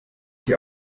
sie